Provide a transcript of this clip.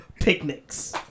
picnics